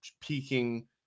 peaking